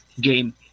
game